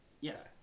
Yes